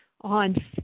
on